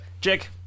Jake